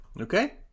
Okay